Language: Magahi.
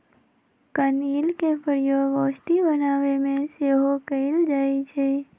कनइल के प्रयोग औषधि बनाबे में सेहो कएल जाइ छइ